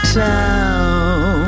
town